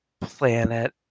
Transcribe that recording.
planet